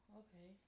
okay